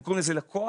קוראים לזה לקוח,